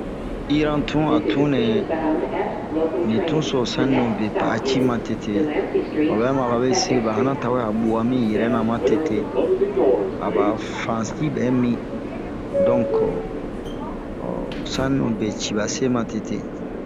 Iran tun a tun nɛ, li tun so saninu be pa'a cii matete, obɛ ma babe se ba hana tawɛ a bua min yɛrɛna matete. aba fansi bɛ min, donke ehh saninu be cii ba se matete.